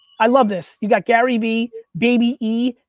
i love this, you got garyvee, baby e,